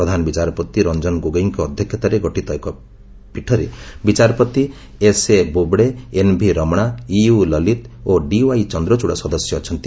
ପ୍ରଧାନ ବିଚାରପତି ରଞ୍ଜନ ଗୋଗୋଇଙ୍କ ଅଧ୍ୟକ୍ଷତାରେ ଗଠିତ ଏହି ପୀଠରେ ବିଚାରପତି S A Bobde NV Ramana UU Lalit ଏବଂ ଡିୱାଇ ଚନ୍ଦ୍ରଚଡ଼ ସଦସ୍ୟ ଅଛନ୍ତି